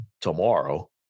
tomorrow